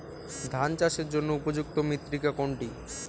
ধান চাষের জন্য উপযুক্ত মৃত্তিকা কোনটি?